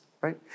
right